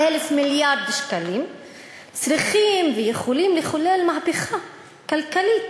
1,000 מיליארד השקלים צריכים ויכולים לחולל מהפכה כלכלית,